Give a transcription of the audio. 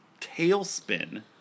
tailspin